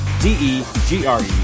d-e-g-r-e